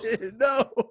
no